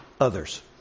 others